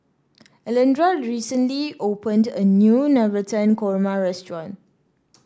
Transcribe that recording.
Alondra recently opened a new Navratan Korma restaurant